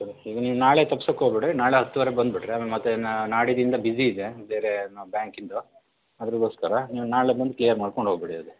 ಸರಿ ಈಗ ನೀವು ನಾಳೆ ತಪ್ಸೋಕ್ಕೆ ಹೋಬೇಡ್ರಿ ನಾಳೆ ಹತ್ತುವರೆಗೆ ಬಂದುಬಿಡ್ರಿ ಆಮೇಲೆ ಮತ್ತೆ ನಾಡಿದಿಂದ ಬಿಜಿ ಇದೆ ಬೇರೆ ಏನೋ ಬ್ಯಾಂಕಿಂದು ಅದರಗೋಸ್ಕರ ನೀವು ನಾಳೆ ಬಂದು ಕ್ಲಿಯರ್ ಮಾಡ್ಕೊಂಡು ಹೋಗಿಬಿಡಿ ಅದು